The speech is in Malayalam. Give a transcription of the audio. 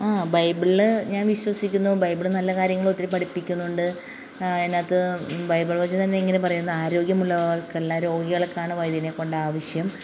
ബൈബിളിൽ ഞാൻ വിശ്വസിക്കുന്നു ബൈബിള് നല്ല കാര്യങ്ങളൊത്തിരി പഠിപ്പിക്കുന്നുണ്ട് അതിനകത്ത് ബൈബിൾ വചനം ഇങ്ങനെ പറയുന്നത് ആരോഗ്യമുള്ളവർക്കല്ല രോഗികൾക്കാണ് ബൈബിളിനെ കൊണ്ടാവശ്യം